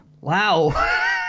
Wow